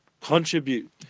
contribute